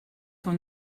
von